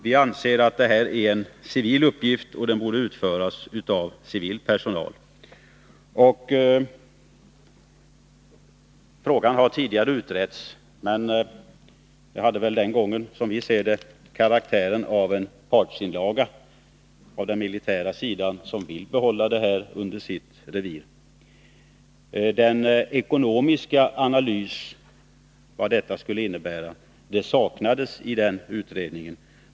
Vi anser att detta gäller civila uppgifter, som borde utföras av civil personal. Frågan har tidigare utretts, men utredningsresultatet hade väl den gången — som vi ser det — karaktären av en partsinlaga från den militära sidan, som vill behålla dessa uppgifter under sitt revir. En ekonomisk analys av vad en övergång till civil bemanning skulle innebära saknades i den utredningen.